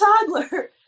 toddler